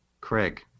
Craig